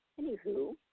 Anywho